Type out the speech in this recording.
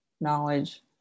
knowledge